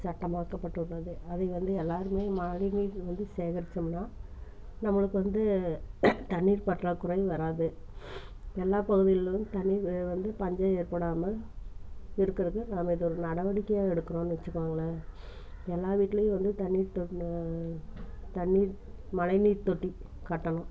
சட்டமாக்கப்பட்டுள்ளது அதை வந்து எல்லாருமே மழை நீர் வந்து சேகரிச்சோம்னால் நம்மளுக்கு வந்து தண்ணீர் பற்றாக்குறை வராது எல்லா பகுதிகளிலும் தண்ணீர் வே வந்து பஞ்சம் ஏற்படாமல் இருக்கிறது நாம் இதை ஒரு நடவடிக்கையாக எடுக்குறோன்னு வச்சிக்கோங்களேன் எல்லா வீட்டிலையும் வந்து தண்ணீர் டொன்ன தண்ணீர் மழை நீர் தொட்டி கட்டணும்